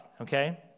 okay